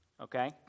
okay